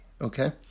okay